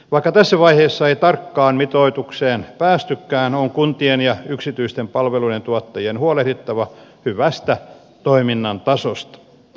vaikka tässä vaiheessa ei tarkkaan mitoitukseen päästykään on kuntien ja yksityisten palveluiden tuottajien huolehdittava hyvästä toiminnan tasosta